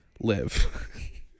live